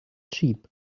cheap